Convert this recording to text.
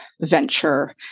venture